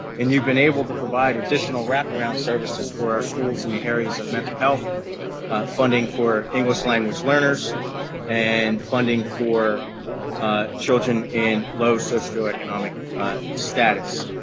and you've been able to provide additional wrap around services for our schools in the areas of mental health funding for english language learners and funding for ah children in low socioeconomic status.